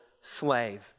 slave